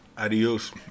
Adiós